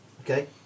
Okay